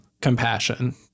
compassion